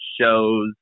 shows